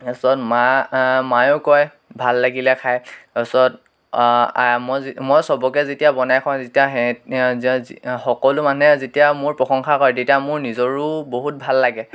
তাৰপিছত মা মায়েও কয় ভাল লাগিলে খাই তাৰপিছত মই সবকে যেতিয়া বনাই খোৱাওঁ তেতিয়া সকলো মানুহে যেতিয়া মোৰ প্ৰশংসা কৰে তেতিয়া মোৰ নিজৰো বহুত ভাল লাগে